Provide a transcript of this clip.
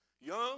Young